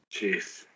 Jeez